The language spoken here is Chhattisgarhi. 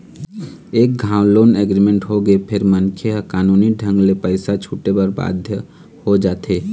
एक घांव लोन एग्रीमेंट होगे फेर मनखे ह कानूनी ढंग ले पइसा छूटे बर बाध्य हो जाथे